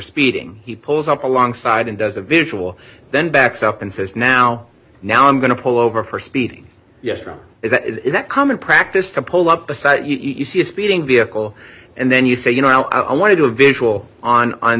speeding he pulls up alongside and does a visual then backs up and says now now i'm going to pull over for speeding yesterday is that is it common practice to pull up the site you see a speeding vehicle and then you say you know i want to do a visual on on